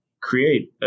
create